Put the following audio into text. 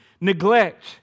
Neglect